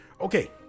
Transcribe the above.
okay